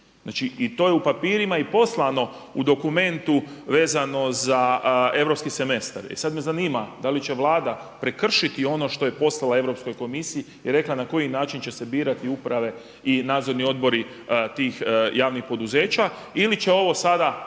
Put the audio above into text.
i to je u papirima i poslano u dokumentu vezano za europski semestar. I sada me zanima da li će Vlada prekršiti ono što je poslala Europskoj komisiji i rekla na koji način će se birati uprave i nadzorni odbori tih javnih poduzeća ili će ovo sada